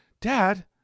Dad